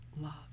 love